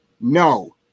No